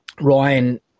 Ryan